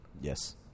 Yes